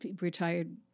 retired